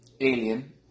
Alien